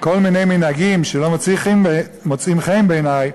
כל מיני מנהגים שלא מוצאים חן בעיני,